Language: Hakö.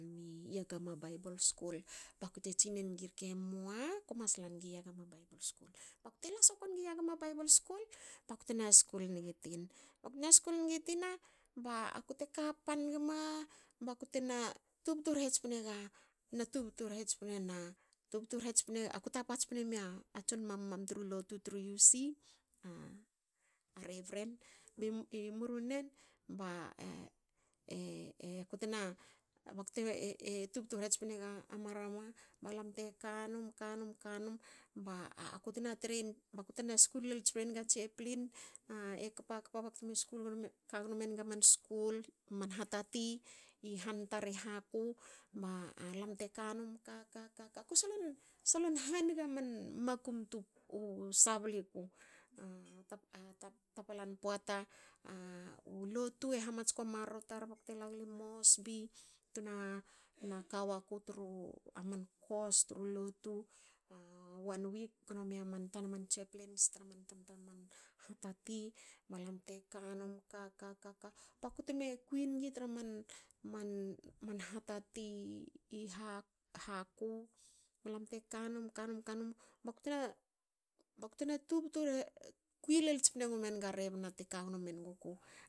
Yagama baibol skul. bakute tsinengi rke,"mua kue mas langi yagama baibol skul. baktna skul ngi tin. baktna skul ngi tina ba a kute kapan gma btna tubtu rhe tspne ga. na tubtu rhe tspnega tubtu rhe tspnena tubtu rhe tspena aku tapa tspne mia tson mam- mam tru lotu tru uc a revren bi murunen baktna e tubtu rhe tspenga marama balam te kanum kanum kanum baku tna trein nig baku tna skul tspnenig a tseplin. ekpa kpa bakutme skul gno. kagno menga skul man. hatati i han tar i haku. balam te kanum ka- ka- ka- ka- bakutme kui nigi tra man ma man hatati i haku. Balam te kanum kanum kanum ba kute. bakte na tubtu rhe- kui lel tspne gno menga rebna te kagno menguku